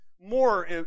more